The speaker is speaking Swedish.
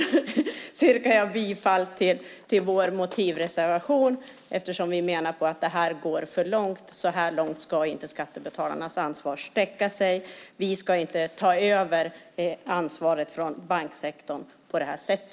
Jag yrkar bifall till vår motivreservation eftersom vi menar att detta går för långt. Så här långt ska inte skattebetalarnas ansvar sträcka sig. Vi ska inte ta över det ansvaret från banksektorn på detta sätt.